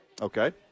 Okay